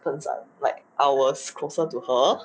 分散 like I was closer to her